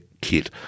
kit